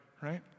right